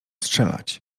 strzelać